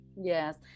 Yes